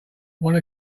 want